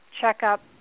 checkup